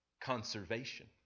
conservation